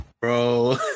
bro